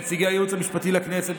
נציגי הייעוץ המשפטי לכנסת,